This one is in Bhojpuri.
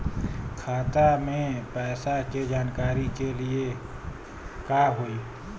खाता मे पैसा के जानकारी के लिए का होई?